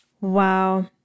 Wow